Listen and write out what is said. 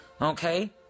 Okay